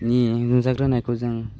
नि नुजाग्रोनायखौ जों